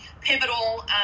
pivotal